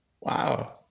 Wow